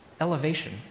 elevation